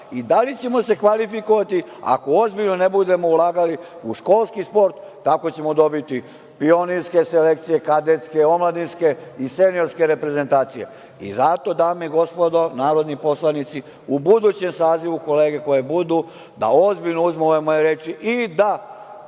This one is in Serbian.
i da li ćemo se kvalifikovati ako ozbiljno ne budemo ulagali u školski sport? Tako ćemo dobiti pionirske selekcije, kadetske, omladinske i seniorske reprezentacije. Zato, dame i gospodo narodni poslanici, u budućem sazivu kolege koje budu, da ozbiljnu uzmu ove moje reči i da